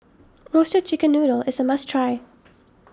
Roasted Chicken Noodle is a must try